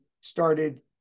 started